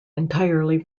entirely